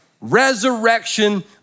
resurrection